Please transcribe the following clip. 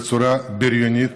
בצורה ביריונית